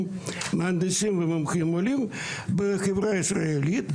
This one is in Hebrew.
מהנדסים ומומחים עולים בחברה הישראלית,